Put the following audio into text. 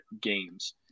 games